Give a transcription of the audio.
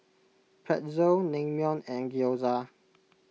Pretzel Naengmyeon and Gyoza